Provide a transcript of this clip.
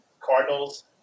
Cardinals